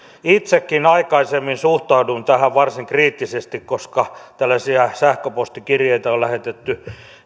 itsekin aikaisemmin suhtauduin tähän varsin kriittisesti koska tällaisia sähköpostikirjeitä on lähetetty